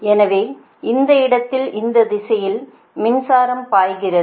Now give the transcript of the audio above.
எனவே இந்த இடத்தில் இந்த திசையில் மின்சாரம் பாய்கிறது